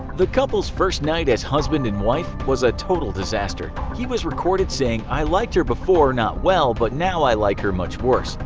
the couple's first night as husband and wife was a total disaster. he was recorded saying i liked her before not well, but now i like her much worse.